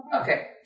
Okay